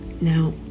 now